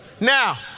Now